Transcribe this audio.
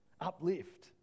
uplift